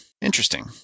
Interesting